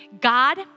God